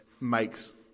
makes